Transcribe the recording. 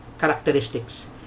characteristics